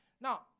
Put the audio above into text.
Now